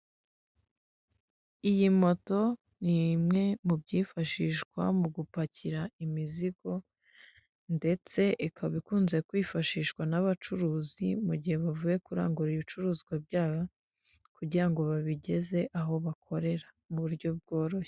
Iyi moto ni imwe mu byifashishwa mu gupakira imizigo ndetse ikaba ikunze kwifashishwa n'abacuruzi mu gihe bavuye kurangura ibicuruzwa byayo kugira ngo babigeze aho bakorera mu buryo bworoshye.